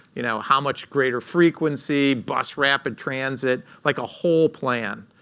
you know how much greater frequency bus rapid transit, like a whole plan.